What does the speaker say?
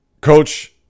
coach